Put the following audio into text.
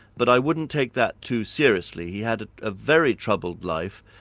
but i wouldn't take that too seriously. he had a very troubled life,